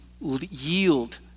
yield